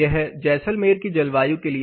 यह जैसलमेर की जलवायु के लिए